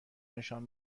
نشان